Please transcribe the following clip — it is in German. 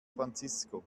francisco